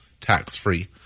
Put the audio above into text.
tax-free